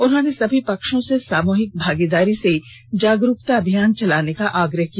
उन्होंने सभी पक्षों से सामूहिक भागीदारी से जागरूकता अभियान चलाने का आग्रह किया